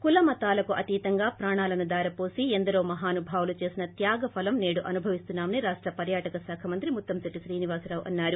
కులమతాలకతీతంగా ప్రాణాలను దారపోసి ఎందరో మహానుభావులు చేసిన త్యాగఫలం నేదు అనుభవిస్తున్నా మని రాష్ట పర్యాటన శాఖ మంత్రి ముత్తంశెట్లి శ్రీనివాసరావు అన్నారు